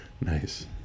Nice